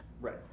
Right